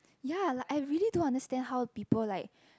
ya like I really don't understand how people like